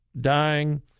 Dying